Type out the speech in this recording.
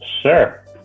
Sure